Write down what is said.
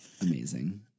Amazing